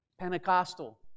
Pentecostal